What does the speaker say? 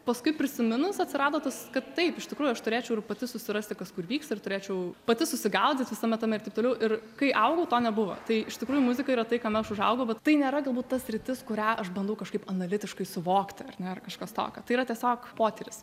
paskui prisiminus atsirado tas kad taip iš tikrųjų aš turėčiau ir pati susirasti kas kur vyksta ir turėčiau pati susigaudyt visame tame ir taip toliau ir kai augau to nebuvo tai iš tikrųjų muzika yra tai kame aš užaugau vat tai nėra galbūt ta sritis kurią aš bandau kažkaip analitiškai suvokti ar ne ar kažkas tokio tai yra tiesiog potyris